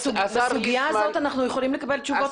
--- בסוגיה הזאת אנחנו יכולים לקבל תשובות